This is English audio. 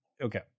okay